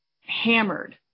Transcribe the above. hammered